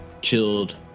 killed